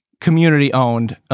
community-owned